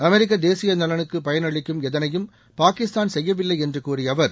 அமெரிக்க தேசிய நலனுக்கு பயனளிக்கும் எதனையும் பாகிஸ்தான் செய்யவில்லை என்று கூறிய அவர்